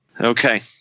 Okay